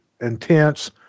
intense